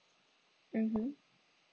mmhmm